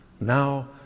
now